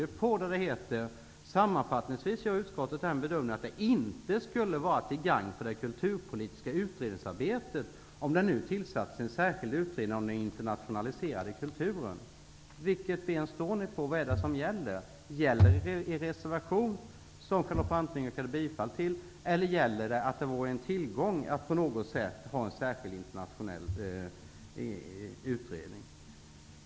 Där framgår det att: ''Sammanfattningsvis gör utskottet den bedömningen att det inte skulle vara till gagn för det kulturpolitiska utredningsarbetet om det nu tillsattes en särskild utredning om den internationaliserade kulturen.'' Vilket ben står ni på? Vad är det som gäller? Gäller den reservation som Charlotte Branting har yrkat bifall till, eller vore det en tillgång att ha en särskild utredning om internationella frågor?